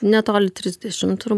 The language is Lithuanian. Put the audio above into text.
netoli trisdešim tur